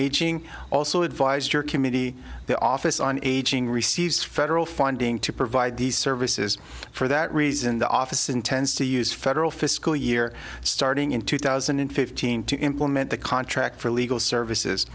aging also advised your committee the office on aging receives federal funding to provide these services for that reason the office intends to use federal fiscal year starting in two thousand and fifteen to implement the contract for legal services